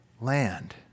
land